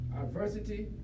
Adversity